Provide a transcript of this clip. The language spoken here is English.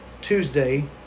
Tuesday